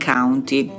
County